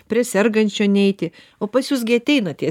prie sergančio neeiti o pas jus gi ateina tie